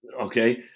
Okay